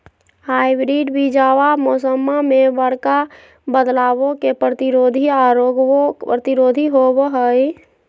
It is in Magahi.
हाइब्रिड बीजावा मौसम्मा मे बडका बदलाबो के प्रतिरोधी आ रोगबो प्रतिरोधी होबो हई